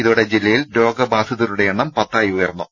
ഇതോടെ ജില്ലയിൽ രോഗബാധിതരുടെ എണ്ണം പത്തായി ഉയർന്നു